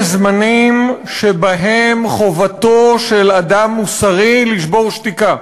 יש זמנים שבהם חובתו של אדם מוסרי לשבור שתיקה,